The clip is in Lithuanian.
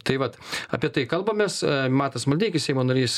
tai vat apie tai kalbamės matas maldeikis seimo narys